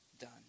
done